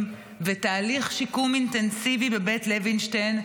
ותהליך שיקום אינטנסיבי בבית לוינשטיין,